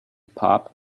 pop